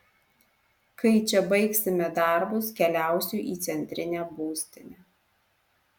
kai čia baigsime darbus keliausiu į centrinę būstinę